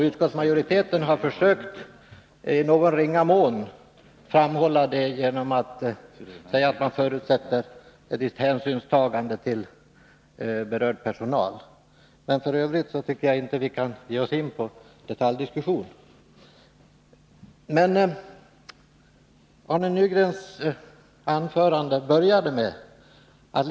Utskottsmajoriteten har också sagt att man förutsätter ett visst hänsynstagande till berörd personal. Någon detaljdiskussion kan vi emellertid knappast ge oss in på.